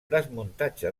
desmuntatge